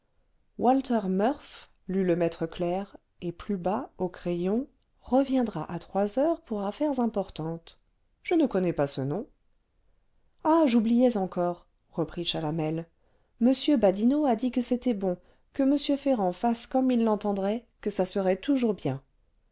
walter murph lut le maître clerc et plus bas au crayon reviendra à trois heures pour affaires importantes je ne connais pas ce nom ah j'oubliais encore reprit chalamel m badinot a dit que c'était bon que m ferrand fasse comme il l'entendrait que ça serait toujours bien